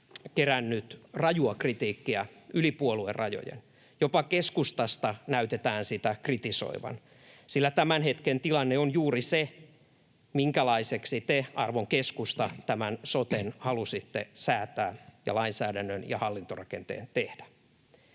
kerännyt rajua kritiikkiä yli puoluerajojen. Jopa keskustasta näytetään sitä kritisoivan, sillä tämän hetken tilanne on juuri se, minkälaiseksi te, arvon keskusta, tämän soten halusitte säätää ja lainsäädännön ja hallintorakenteen tehdä.